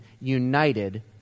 united